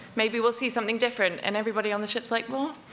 maybe we'll see something different, and everybody on the ship's like, well,